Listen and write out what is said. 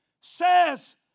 says